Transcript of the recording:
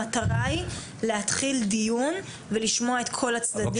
המטרה היא להתחיל דיון ולשמוע את כל הצדדים.